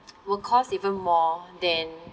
will cost even more than